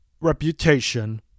reputation